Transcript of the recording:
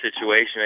situation